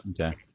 okay